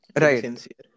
Right